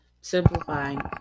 simplifying